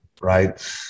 right